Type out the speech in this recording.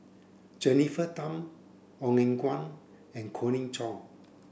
Jennifer Tham Ong Eng Guan and Colin Cheong